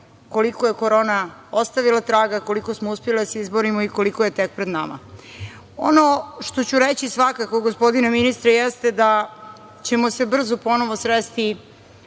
koliko je korona ostavila traga, koliko smo uspeli da se izborimo i koliko je tek pred nama. Ono što ću reći svakako, gospodine ministre, jeste da ćemo se brzo ponovo sresti